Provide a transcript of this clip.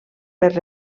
per